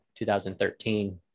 2013